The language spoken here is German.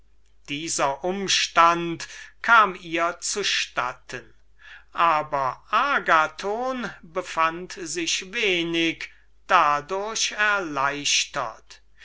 dieser umstand kam ihr zu statten aber agathon befand sich wenig dadurch erleichtert